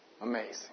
amazing